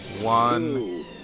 One